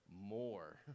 more